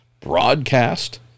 broadcast